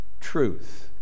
truth